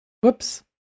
whoops